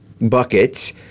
buckets